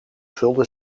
vulde